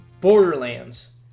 Borderlands